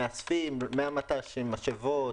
מאספים, מט"שים, משאבות.